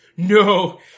No